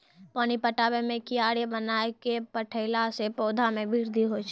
पानी पटाबै मे कियारी बनाय कै पठैला से पौधा मे बृद्धि होय छै?